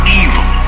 evil